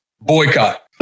boycott